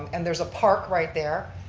and there's a park right there,